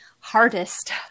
hardest